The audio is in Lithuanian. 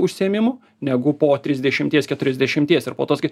užsiėmimų negu po trisdešimties keturiasdešimties ir po to sakyt